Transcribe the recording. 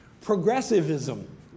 progressivism